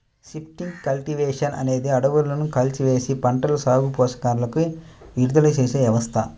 shifting cultivation అనేది అడవులను కాల్చివేసి, పంటల సాగుకు పోషకాలను విడుదల చేసే వ్యవస్థ